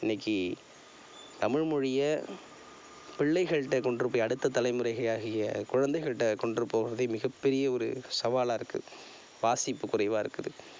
இன்னிக்கு தமிழ் மொழியை பிள்ளைகள்கிட்ட கொண்டு போய் அடுத்த தலைமுறை ஆகிய குழந்தைகள்கிட்ட கொண்டு போகிறதே மிகப்பெரிய ஒரு சவாலாகருக்கு வாசிப்பு குறைவாகருக்குது